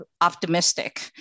optimistic